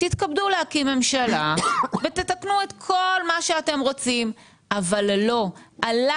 תתכבדו להקים ממשלה ותתקנו את כל מה שאתם רוצים אבל הלחץ